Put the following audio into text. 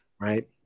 right